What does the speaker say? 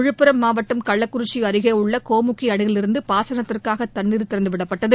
விழுப்புரம் மாவட்டம் கள்ளக்குறிச்சி அருகே உள்ள கோமுகி அணையிலிருந்து பாசனத்திற்காக தண்னீர் திறந்துவிடப்பட்டது